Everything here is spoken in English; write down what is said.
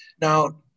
Now